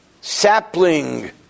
sapling